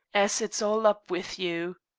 as it's all up with you.